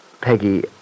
Peggy